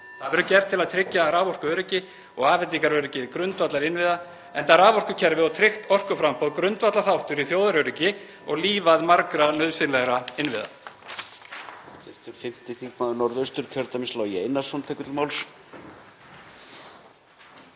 Það verður gert til að tryggja raforkuöryggi og afhendingaröryggi grundvallarinnviða enda raforkukerfið og tryggt orkuframboð grundvallarþáttur í þjóðaröryggi og lífæð margra nauðsynlegra innviða.